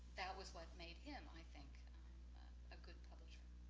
that was what made him i think a good publisher.